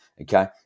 okay